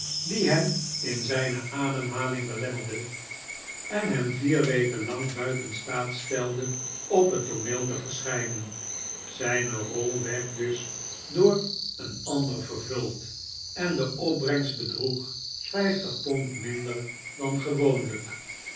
die hem in zijne ademhaling belemmerde en hem vier weken lang buiten staat stelde op het tooneel te verschijnen zijne rol werd dus door een ander vervuld en de opbrengst bedroeg vijftig pond minder dan gewoonlijk